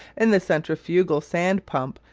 in the centrifugal sand pump,